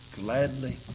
gladly